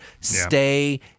Stay